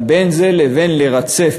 אבל בין זה לבין לרצף,